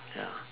ya